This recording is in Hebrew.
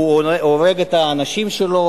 שהוא הורג את האנשים שלו,